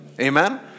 Amen